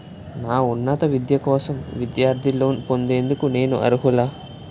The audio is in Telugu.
నా ఉన్నత విద్య కోసం విద్యార్థి లోన్ పొందేందుకు నేను అర్హులా?